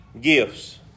gifts